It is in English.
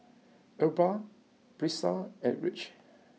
Aubra Brisa and Rich